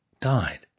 died